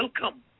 welcome